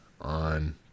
on